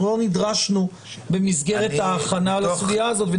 כי לא נדרשנו במסגרת ההכנה לסוגיה הזאת.